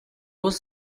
was